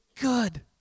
good